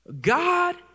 God